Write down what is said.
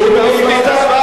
שהוא ממפלגתה.